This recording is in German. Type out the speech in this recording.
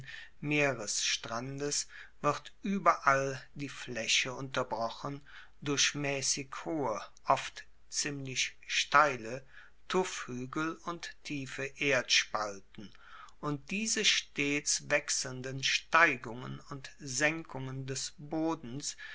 meeresstrandes wird ueberall die flaeche unterbrochen durch maessig hohe oft ziemlich steile tuffhuegel und tiefe erdspalten und diese stets wechselnden steigungen und senkungen des bodens